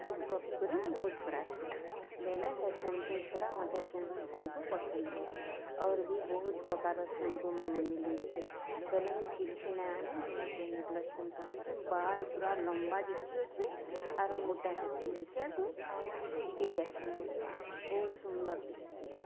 ରଖିକରି ମୁ ମୋର୍ ଛଡ଼ାସି ବେଲେ ହେ ସେ ସାମ୍ପୁର୍ ଛଡ଼ା ମତେ କେନ୍ସି ସାମ୍ପୁ ପସନ୍ଦ୍ ନାଇଲାଗି ଅର୍ ବି ବହୁତ୍ ପ୍ରକାର୍ ସାମ୍ପୁମାନେ ମିଲୁଛି ବେଲେ ମୁଇଁ କିଛି ନାଇ ଆନେ ମୁଇଁ ଏ କ୍ଲିନିକ୍ ପ୍ଲସ୍ ସାମ୍ପୁ ଆଣ୍ସି ବାଲ୍ ପୁରା ଲମ୍ବା ଯେତ୍କି ଅଛି ମୋଟା ବି ହେତ୍କି ଅଛି ଆରୁ ଚିକ୍ ଚିକ୍ ହେଇଯାଉଛି ମୋର୍ ବାଲ୍ ବହୁତ୍ ସୁନ୍ଦର୍ ଦିଶଚି